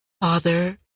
Father